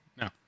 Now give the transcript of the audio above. No